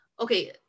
Okay